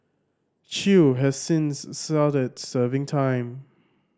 chew has since started serving time